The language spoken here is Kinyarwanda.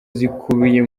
zikubiye